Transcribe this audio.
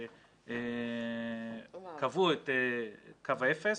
שקבעו את קו האפס,